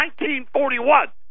1941